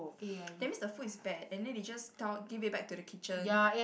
that means the food is bad and then they just tell give it back to the kitchen